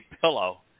pillow